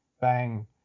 bang